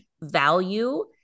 value